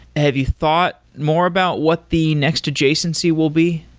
have you thought more about what the next adjacency will be?